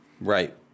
Right